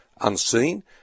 unseen